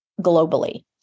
globally